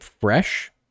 fresh